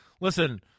listen